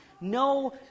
No